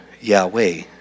Yahweh